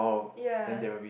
ya